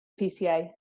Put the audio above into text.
PCA